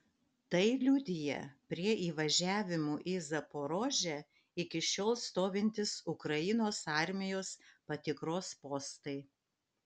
tai liudija prie įvažiavimų į zaporožę iki šiol stovintys ukrainos armijos patikros postai